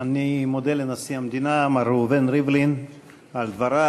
אני מודה לנשיא המדינה מר ראובן ריבלין על דבריו.